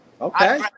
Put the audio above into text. Okay